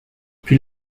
puis